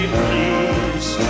please